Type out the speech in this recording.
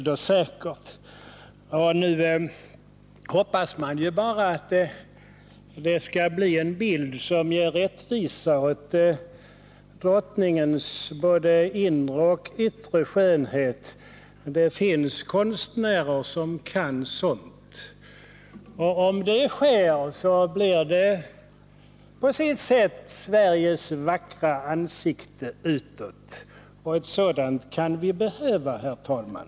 Nu hoppas jag bara att det skall bli en bild som ger rättvisa åt drottningens både inre och yttre skönhet. Det finns konstnärer som kan sådant! Om det blir en sådan bild, då blir den på sitt sätt Sveriges vackra ansikte utåt — och ett sådant kan vi behöva, herr talman.